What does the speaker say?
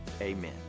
amen